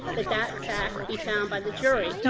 that that fact be found by the jury.